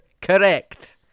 Correct